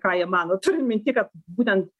ką jie mano turiu minty kad būtent